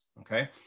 okay